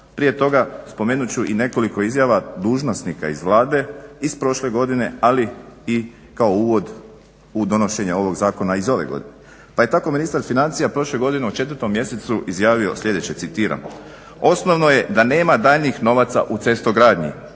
prije toga spomenut ću i nekoliko izjava dužnosnika iz Vlade iz prošle godine, ali i kao uvod u donošenje ovoga zakona iz ove godine. Pa je tako ministar financija prošle godine u 4.mjesecu izjavio sljedeće, citiram "osnovno je da nema daljnjih novaca u cestogradnji.